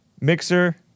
Mixer